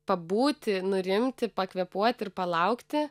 pabūti nurimti pakvėpuoti ir palaukti